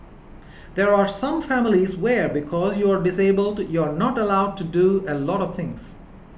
there are some families where because you're disabled you are not allowed to do a lot of things